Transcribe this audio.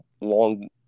long